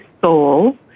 soul